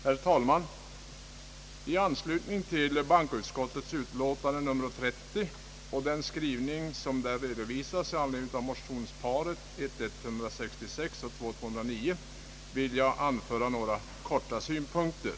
Herr talman! I anslutning till bankoutskottets utlåtande nr 30 och den skrivning som däri redovisas i anledning av motionsparet I: 166 och II: 209 vill jag anföra några korta kommentarer.